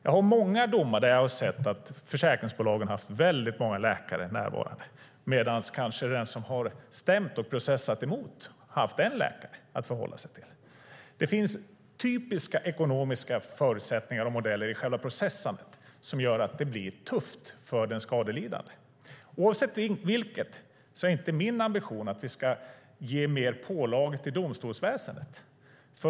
Jag har i många domar sett att försäkringsbolagen har haft väldigt många läkare närvarande, medan den som har stämt och processat emot kanske har haft en läkare att hålla sig till. Det finns typiska ekonomiska förutsättningar och modeller i själva processandet som gör att det blir tufft för den skadelidande. Oavsett vilket är inte min ambition att vi ska lägga fler pålagor på domstolsväsendet.